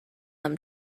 them